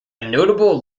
notable